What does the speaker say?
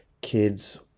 kids